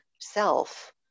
self